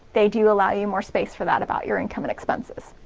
they do you allow you more space for that about your income and expenses.